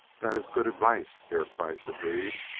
that is good advice, herr kreiss agreed.